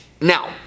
Now